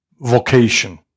vocation